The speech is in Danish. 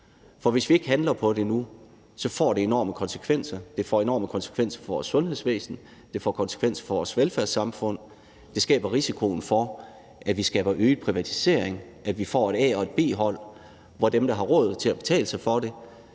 For hvis vi ikke handler på det nu, får det enorme konsekvenser. Det får enorme konsekvenser for vores sundhedsvæsen, det får konsekvenser for vores velfærdssamfund, det skaber risikoen for, at vi skaber øget privatisering og får et A- og et B-hold, hvor dem, der har råd til at betale for det,